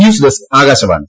news desk Akashvani